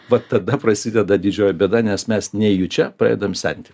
va tada prasideda didžioji bėda nes mes nejučia pradedam senti